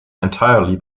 entirely